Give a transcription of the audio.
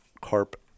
carp